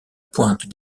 pointe